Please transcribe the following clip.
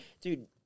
dude